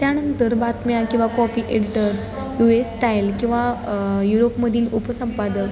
त्यानंतर बातम्या किंवा copy editors U S style किंवा युरोपमधील उपसंपादक